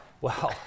Wow